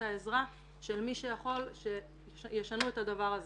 העזרה של מי שיכול שישנו את הדבר הזה.